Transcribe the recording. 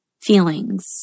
feelings